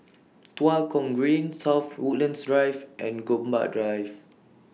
Tua Kong Green South Woodlands Drive and Gombak Drive